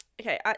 okay